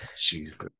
Jesus